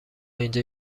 اینجا